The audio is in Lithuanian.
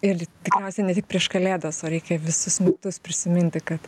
ir tikriausiai ne tik prieš kalėdas o reikia visus metus prisiminti kad